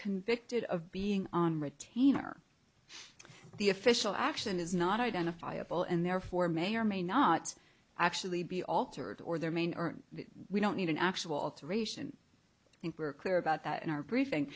convicted of being on retainer the official action is not identifiable and therefore may or may not actually be altered or their main aren't we don't need an actual alteration i think we're clear about that in our briefing